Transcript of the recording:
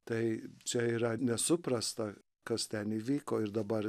tai čia yra nesuprasta kas ten įvyko ir dabar